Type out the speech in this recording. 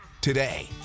today